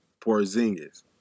Porzingis